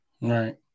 Right